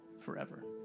forever